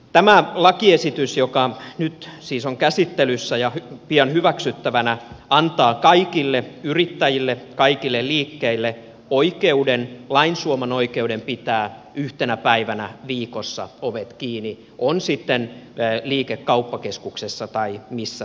tämä lakiesitys joka nyt siis on käsittelyssä ja pian hyväksyttävänä antaa kaikille yrittäjille kaikille liikkeille oikeuden lain suoman oikeuden pitää yhtenä päivänä viikossa ovet kiinni on sitten liike kauppakeskuksessa tai missä tahansa